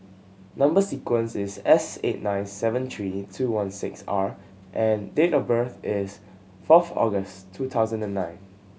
number sequence is S eight nine seven three two one six R and date of birth is fourth August two thousand and nine